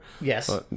yes